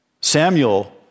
Samuel